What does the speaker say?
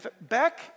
Back